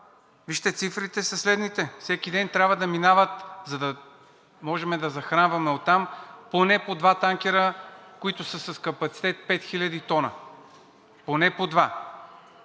Вижте, цифрите са следните: всеки ден трябва да минават, за да можем да захранваме оттам, поне по два танкера, които са с капацитет 5 хил. тона. Поне по два!